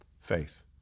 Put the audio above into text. Faith